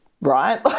right